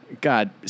God